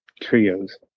Trios